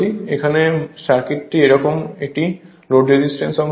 এখানে সার্কিটটি এইরকম এবং এটি লোড রেজিস্ট্যান্স অংশ হবে